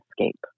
escape